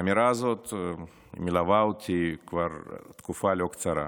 האמירה הזאת מלווה אותי כבר תקופה לא קצרה.